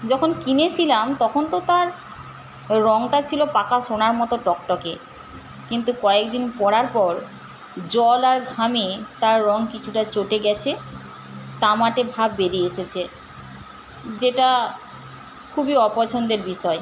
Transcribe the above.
যখন কিনেছিলাম তখন তো তার রঙটা ছিল পাকা সোনার মতো টকটকে কিন্তু কয়েকদিন পরার পর জল আর ঘামে তার রঙ কিছুটা চটে গেছে তামাটে ভাব বেরিয়ে এসেছে যেটা খুবই অপছন্দের বিষয়